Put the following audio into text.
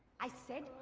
i said,